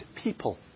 people